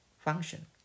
function